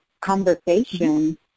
conversation